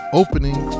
opening